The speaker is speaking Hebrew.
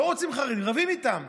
לא רוצים חרדים, רבים איתם.